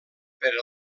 per